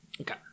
okay